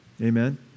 Amen